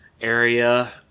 area